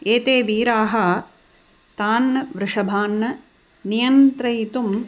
एते वीराः तान् वृषभान् नियन्त्रयितुम्